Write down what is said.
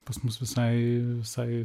pas mus visai visai